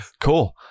cool